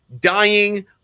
dying